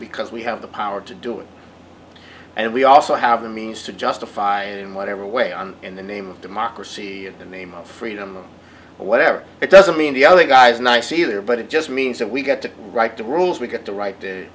because we have the power to do it and we also have the means to justify in whatever way on in the name of democracy in the name of freedom or whatever it doesn't mean the other guy's nice either but it just means that we get to write the rules we get the right to